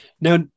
Now